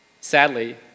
Sadly